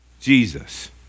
Jesus